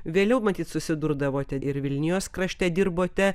vėliau matyt susidurdavote ir vilnijos krašte dirbote